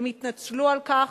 הם התנצלו על כך,